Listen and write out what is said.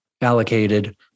allocated